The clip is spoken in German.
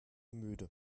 müde